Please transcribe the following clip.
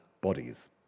bodies